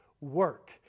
work